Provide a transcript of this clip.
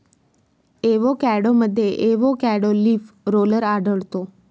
एवोकॅडोमध्ये avocado leaf roller आढळतो